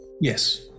Yes